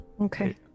Okay